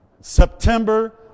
September